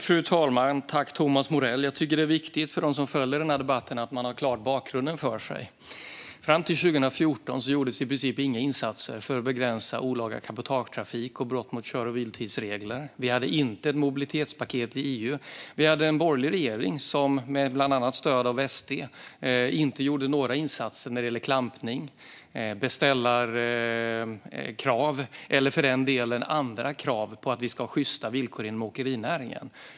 Fru talman! Jag tycker att det viktigt för dem som följer denna debatt att man har bakgrunden klar för sig. Fram till 2014 gjordes i princip inga insatser för att begränsa olaga cabotagetrafik och brott mot kör och vilotidsregler. Vi hade inte ett mobilitetspaket i EU. Vi hade en borgerlig regering som, bland annat med stöd av SD, inte gjorde några insatser när det gäller klampning, beställarkrav eller, för den delen, andra krav på att vi ska ha sjysta villkor inom åkerinäringen.